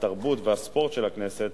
התרבות והספורט של הכנסת,